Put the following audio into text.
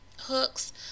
hooks